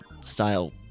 style